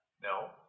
No